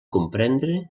comprendre